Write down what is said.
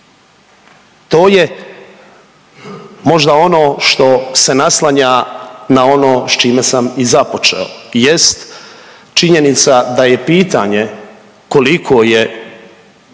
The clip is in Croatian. To je možda ono što se naslanja na ono s čime sam i započeo, jest činjenica da je pitanje koliko je